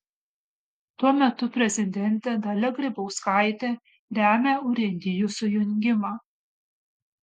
tuo metu prezidentė dalia grybauskaitė remia urėdijų sujungimą